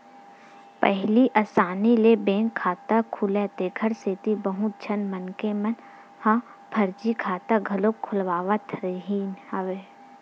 पहिली असानी ले बैंक खाता खुलय तेखर सेती बहुत झन मनखे मन ह फरजी खाता घलो खोलवावत रिहिन हे